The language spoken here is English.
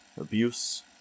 Abuse